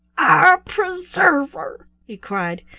our preserver! he cried.